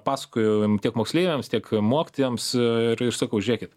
pasakoju tiek moksleiviams tiek mokytojams ir ir sakau žiūrėkit